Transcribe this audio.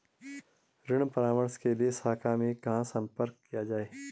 ऋण परामर्श के लिए शाखा में कहाँ संपर्क किया जाए?